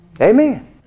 Amen